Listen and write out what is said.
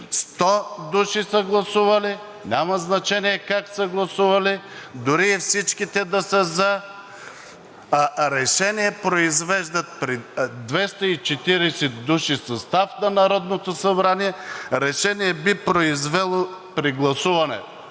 Сто души са гласували – няма значение как са гласували, дори и всичките да са за, а при 240 души състав на Народното събрание решение би произвело при гласуване